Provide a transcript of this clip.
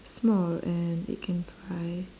small and it can fly